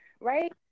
right